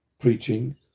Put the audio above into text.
preaching